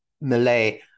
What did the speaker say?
Malay